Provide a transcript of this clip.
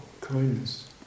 kindness